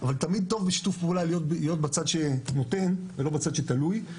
אבל תמיד טוב בשיתוף פעולה להיות בצד שנותן ולא בצד שתלוי,